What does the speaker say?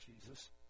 Jesus